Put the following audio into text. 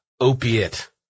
opiate